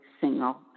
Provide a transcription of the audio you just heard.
single